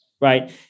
right